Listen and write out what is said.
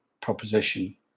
proposition